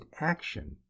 action